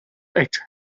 eight